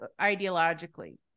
ideologically